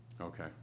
Okay